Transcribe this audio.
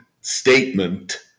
statement